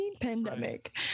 pandemic